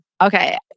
Okay